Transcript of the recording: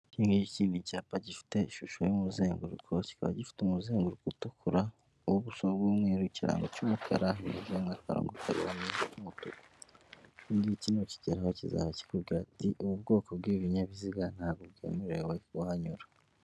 Ikingiki ni cyapa gifite ishusho y'umuzenguruko, kikaba gifite umuzenguruko utukura, ubuso bw'umweru, ikirango cy'umukara, kinyuzemo akarongo kaberamye k'umutuku. Kino nukigeraho kizaba kivuga, ati ubu bwoko bw'ibi binyabiziga, ntabwo bwemerewe kuhanyura.